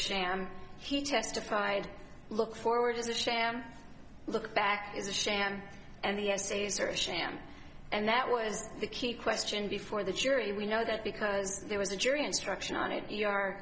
sham he testified look forward is a sham looking back is a sham and the essays are a sham and that was the key question before the jury we know that because there was a jury instruction on it you are